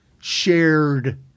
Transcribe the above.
shared